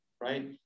right